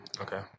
Okay